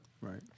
Right